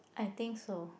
I think so